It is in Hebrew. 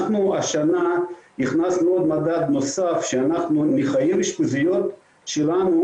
אנחנו השנה הכנסנו מדד נוסף שאנחנו נחייב את האשפוזיות שלנו,